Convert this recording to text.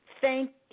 Thank